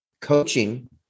coaching